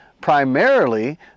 primarily